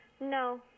no